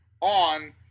on